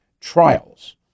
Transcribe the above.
trials